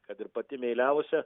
kad ir pati meiliausia